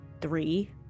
three